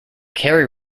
carey